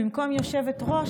במקום יושבת-ראש,